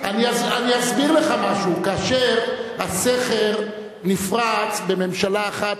אני אסביר לך משהו: כאשר הסכר נפרץ בממשלה אחת,